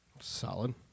Solid